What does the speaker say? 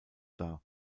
dar